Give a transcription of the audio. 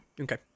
Okay